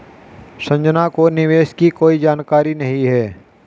संजना को निवेश की कोई जानकारी नहीं है